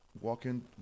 walking